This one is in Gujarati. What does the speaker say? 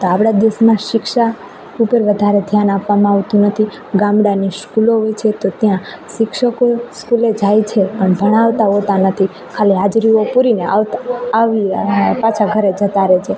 આપણા દેશમાં શિક્ષા ઉપર વધારે ધ્યાન આપવામાં આવતું નથી ગામડાની સ્કૂલો હોય છે તો ત્યાં શિક્ષકો સ્કૂલે જાય છે પણ ભણાવતા હોતા નથી ખાલી હાજરીઓ પૂરીને આવતા આવી રહે પાછા ઘરે જતા રહે છે